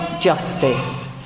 justice